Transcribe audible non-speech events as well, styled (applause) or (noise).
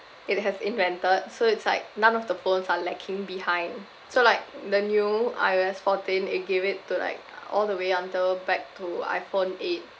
it has invented so it's like none of the phones are lacking behind so like the new I_O_S fourteen it gave it to like (noise) all the way until back to iPhone eight